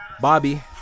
Bobby